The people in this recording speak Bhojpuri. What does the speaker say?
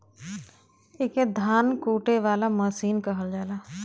एके धान कूटे वाला मसीन कहल जाला